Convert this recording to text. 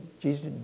jesus